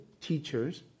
teachers